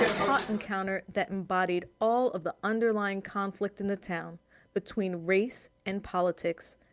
taut encounter that embodied all of the underlying conflict in the town between race, and politics,